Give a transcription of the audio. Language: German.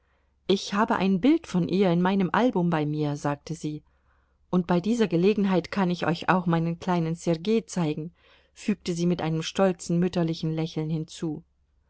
ich habe ein bild von ihr in meinem album bei mir sagte sie und bei dieser gelegenheit kann ich euch auch meinen kleinen sergei zeigen fügte sie mit einem stolzen mütterlichen lächeln hinzu